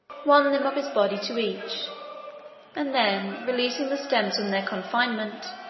one limb of his body to each and then releasing the stems from their confinement,